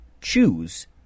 choose